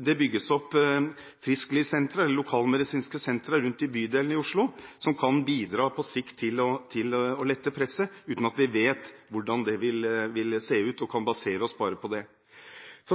Det bygges opp frisklivssentraler eller lokalmedisinske sentre rundt om i bydelene i Oslo som kan bidra på sikt til å lette presset, uten at vi vet hvordan det vil se ut, og kan basere oss bare på det.